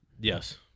Yes